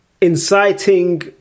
Inciting